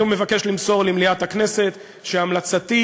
אני מבקש למסור למליאת הכנסת שהמלצתי,